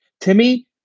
Timmy